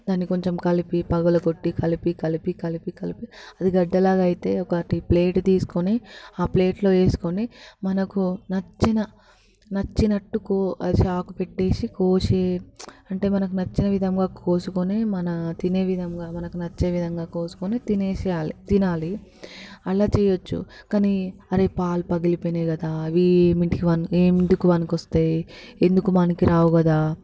దాన్ని కొంచెం కలిపి పగలగొట్టి కలిపి కలిపి కలిపి కలిపి అది గడ్డ లాగా అయితే ఒక ప్లేట్ తీసుకొని ఆ ప్లేట్లో వేసుకొని మనకు నచ్చిన నచ్చినట్టుకు అది చాకు పెట్టేసి కోసి అంటే మనకు నచ్చిన విధంగా కోసుకొని మన తినే విధంగా మనకు నచ్చే విధంగా కోసుకొని తినేసేయాలి తినాలి అలా చేయొచ్చు కానీ అదే పాలు పగిలిపోయాయి కదా అవి దేనికి పని ఎందుకు పనికి వస్తాయి ఎందుకు మనకి రావు కదా